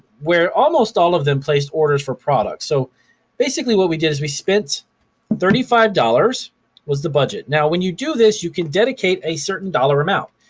where almost all of them placed orders for product. so basically what we did is we spent thirty five dollars was the budget. now when you do this, you can dedicate a certain dollar amount.